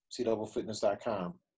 cdoublefitness.com